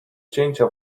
cięcia